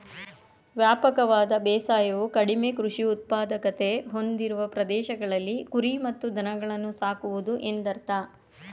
ವ್ಯಾಪಕವಾದ ಬೇಸಾಯವು ಕಡಿಮೆ ಕೃಷಿ ಉತ್ಪಾದಕತೆ ಹೊಂದಿರುವ ಪ್ರದೇಶಗಳಲ್ಲಿ ಕುರಿ ಮತ್ತು ದನಗಳನ್ನು ಸಾಕುವುದು ಎಂದರ್ಥ